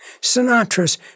Sinatra's